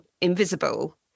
invisible